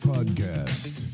Podcast